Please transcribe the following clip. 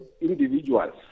individuals